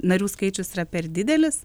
narių skaičius yra per didelis